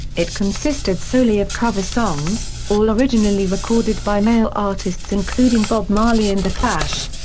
it consisted solely of cover songs, all originally recorded by male artists including bob marley and the clash.